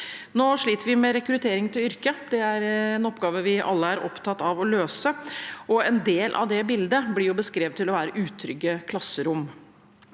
Nå sliter vi med rekrutteringen til yrket. Det er en oppgave vi alle er opptatt av å løse. En del av det bildet blir beskrevet å være utrygge klasserom.